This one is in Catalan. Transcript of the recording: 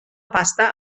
pasta